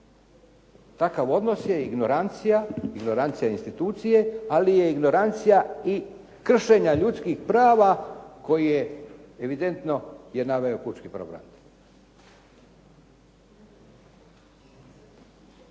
Takav odnos je ignorancija institucije, ali je ignorancija i kršenja ljudskih prava koje evidentno je naveo pučki